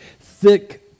thick